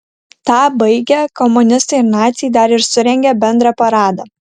tą baigę komunistai ir naciai dar ir surengė bendrą paradą